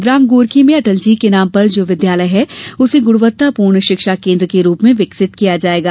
ग्राम गोरखी में अटलजी के नाम पर जो विद्यालय है उसे गुणवत्तापूर्ण शिक्षा केन्द्र के रूप में विकसित किया जायेगा